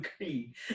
agree